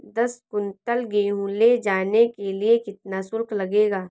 दस कुंटल गेहूँ ले जाने के लिए कितना शुल्क लगेगा?